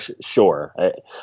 Sure